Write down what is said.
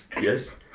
Yes